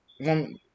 one